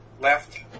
left